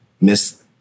Miss